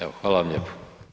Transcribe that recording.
Evo, hvala vam lijepo.